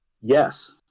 yes